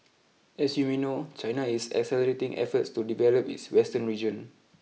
as you may know China is accelerating efforts to develop its western region